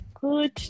good